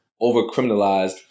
over-criminalized